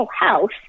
house